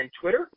Twitter